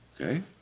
Okay